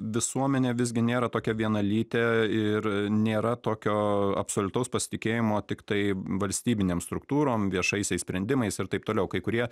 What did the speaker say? visuomenė visgi nėra tokia vienalytė ir nėra tokio absoliutaus pasitikėjimo tiktai valstybinėm struktūrom viešaisiais sprendimais ir taip toliau kai kurie